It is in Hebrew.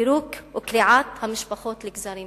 פירוק וקריעת המשפחות לגזרים